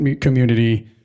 community